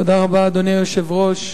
אדוני היושב-ראש,